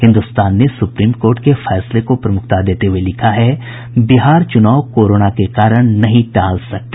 हिन्दुस्तान ने supreme court के फैसले को प्रमुखता देते हुये लिखा है बिहार चुनाव कोरोना के कारण नहीं टाल सकते